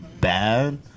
bad